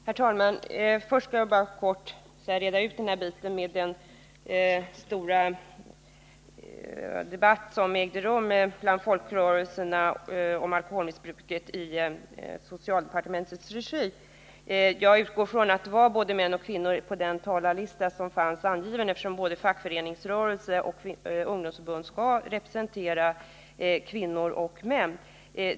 Herr talman! Först vill jag bara reda ut det som gällde den stora debatt om alkoholmissbruket som ägde rum med folkrörelserna i socialdepartementets regi. Jag utgår från att det var både män och kvinnor uppsatta på talarlistan där, eftersom både fackföreningsrörelsen och ungdomsförbunden skall representera kvinnor och män.